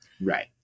Right